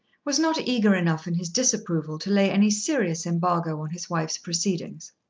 was not eager enough in his disapproval to lay any serious embargo on his wife's proceedings.